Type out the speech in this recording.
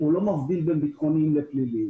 ולא מבדילה בין ביטחוניים לפליליים.